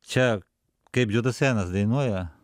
čia kaip džo dasenas dainuoja